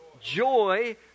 Joy